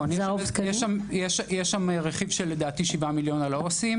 יש שם רכיב של כ-7 מיליון על העו"סים